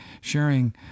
sharing